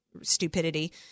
stupidity